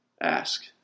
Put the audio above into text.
ask